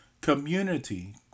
Community